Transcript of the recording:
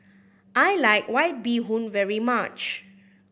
I like White Bee Hoon very much